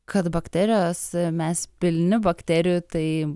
kad bakterijos mes pilni bakterijų tai